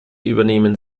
übernehmen